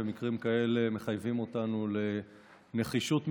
ומקרים כאלה מחייבים אותנו לנחישות מבצעית,